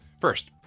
First